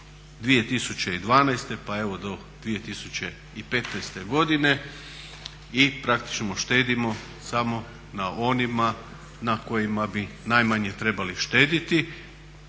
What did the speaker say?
2012. pa evo do 2015. godine i praktično štedimo samo na onima na kojima bi najmanje trebali štediti,